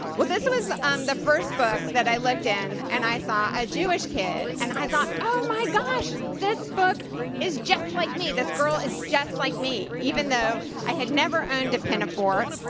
well, this was um the first book that i looked in, and i saw a jewish kid. and i thought, oh my gosh. this book is just like me. this girl is just like me. even though i had never owned a pentafore,